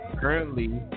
Currently